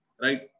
Right